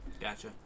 Gotcha